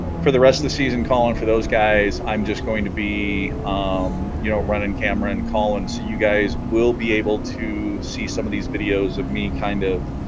for the rest of the season colin for those guys i'm just going to be you know running camera and colin so you guys will be able to see some of these videos of me kind of